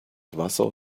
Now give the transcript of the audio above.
wasser